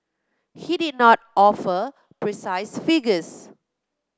he did not offer precise figures